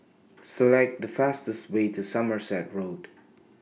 Select The fastest Way to Somerset Road